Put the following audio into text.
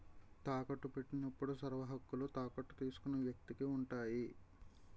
తాకట్టు పెట్టినప్పుడు సర్వహక్కులు తాకట్టు తీసుకున్న వ్యక్తికి ఉంటాయి